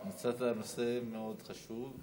מצאת נושא מאוד חשוב.